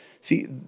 See